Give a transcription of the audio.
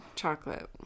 Chocolate